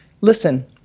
listen